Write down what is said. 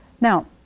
Now